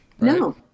No